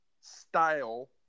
style